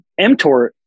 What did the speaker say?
mTOR